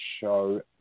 show